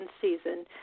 season